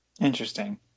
Interesting